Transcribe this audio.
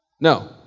No